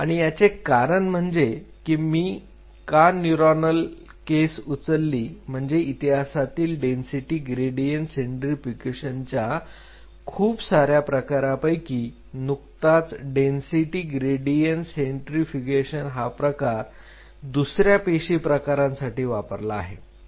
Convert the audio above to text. आणि याचे कारण म्हणजे कि मी का न्यूरॉनल केस उचलली म्हणजे इतिहासातील डेन्सिटी ग्रेडियंट सेंट्रींफ्युगेशनचा खुप सार्या प्रकारांपैकी नुकताच डेन्सिटी ग्रेडियंट सेंट्रींफ्युगेशन हा प्रकार दुसऱ्या पेशी प्रकारांसाठी वापरला आहे